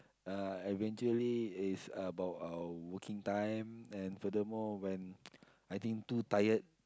uh I eventually is about our working time and furthermore when I think too tired